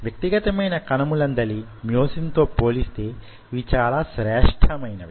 వ్యక్తిగతమైన కణములందలి మ్యోసిన్ తో పోలిస్తే యివి చాలా శ్రేష్ఠమైనవి